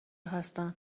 هستن